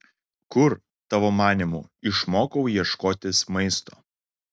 kur tavo manymu išmokau ieškotis maisto